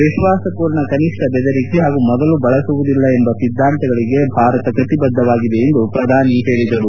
ವಿಶ್ಲಾಸಪೂರ್ಣ ಕನಿಷ್ನ ಬೆದರಿಕೆ ಹಾಗೂ ಮೊದಲು ಬಳಸುವುದಿಲ್ಲ ಎಂಬ ಸಿದ್ದಾಂತಗಳಿಗೆ ಭಾರತ ಕಟಿಬದ್ದವಾಗಿದೆ ಎಂದು ಪ್ರಧಾನಮಂತ್ರಿ ಹೇಳಿದರು